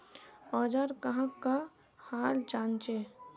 औजार कहाँ का हाल जांचें?